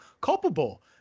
culpable